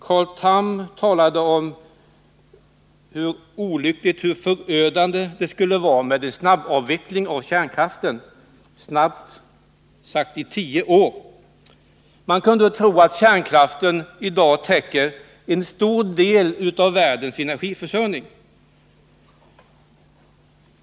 Carl Tham talade om hur förödande det skulle vara med en snabbavveckling av kärnkraften, på tio år. Man skulle kunna tro att kärnkraften i dag täcker en stor del av världens energiförsörjning.